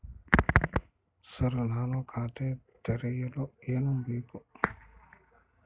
Sir ನಾನು ಖಾತೆ ತೆರೆಯಲು ಏನು ಬೇಕು?